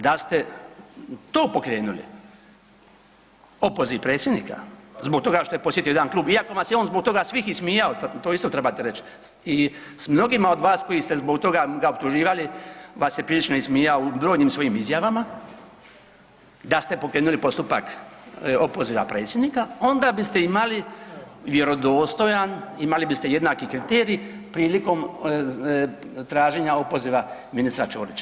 Da ste to pokrenuli opoziv predsjednika zbog toga što je posjetio jedan klub iako vas je on zbog toga svih ismijao, to isto trebate reć i mnogima od vas koji ste zbog toga ga optuživali vas je prilično ismijao u brojnim svojim izjavama, da ste pokrenuli postupak opoziva predsjednika onda biste imali vjerodostojan, imali biste jednaki kriterij prilikom traženja opoziva ministra Ćorića.